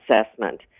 assessment